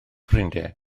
ffrindiau